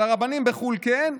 על הרבנים בחו"ל כן,